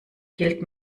gilt